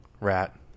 Rat